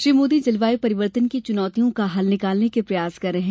श्री मोदी जलवायु परिवर्तन की चुनौतियों का हल निकालने के प्रयास कर रहे हैं